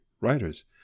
writers